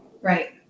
Right